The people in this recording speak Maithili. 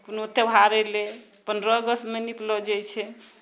कओनो त्यौहार अयलह पन्द्रह अगस्तमे निपलो जाइत छै